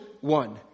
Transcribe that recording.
one